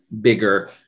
bigger